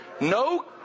no